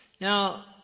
Now